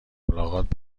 ملاقات